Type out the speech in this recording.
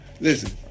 Listen